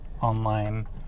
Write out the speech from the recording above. online